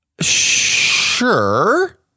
Sure